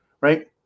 right